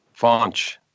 FAUNCH